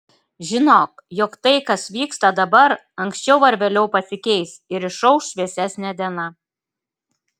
žinok jog tai kas vyksta dabar anksčiau ar vėliau pasikeis ir išauš šviesesnė diena